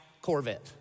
Corvette